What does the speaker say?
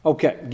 Okay